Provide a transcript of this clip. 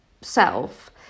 self